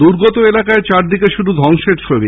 দুর্গত এলাকায় চারদিকে শুধ ধ্বংসের ছবি